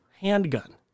handgun